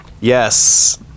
yes